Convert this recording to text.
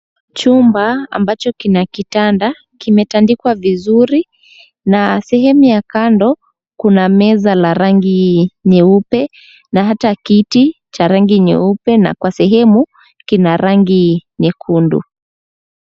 Chumba ambacho kina kitanda, kimetandikwa vizuri na sehemu ya kando kuna meza la rangi nyeupe na hata kiti cha rangi nyeupe na kwa sehemu kina rangi nyekundu.